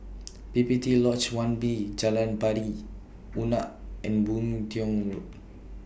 P P T Lodge one B Jalan Pari Unak and Boon Tiong Road